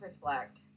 reflect